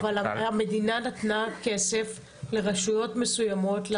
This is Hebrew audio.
אבל המדינה נתנה כסף לרשויות מסוימות.